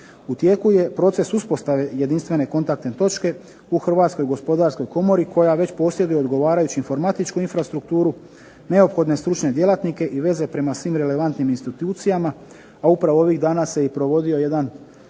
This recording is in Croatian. U tijeku je proces uspostave jedinstvene kontaktne točke u Hrvatskoj gospodarskoj komori, koja već posjeduje odgovarajuću informatičku infrastrukturu, neophodne stručne djelatnike i veze prema svim relevantnim institucijama, a upravo ovih dana se i provodio jedan